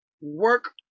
work